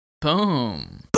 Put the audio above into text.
Boom